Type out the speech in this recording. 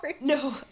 No